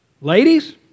Ladies